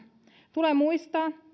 tulee muistaa